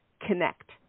Connect